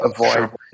avoid